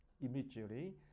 immediately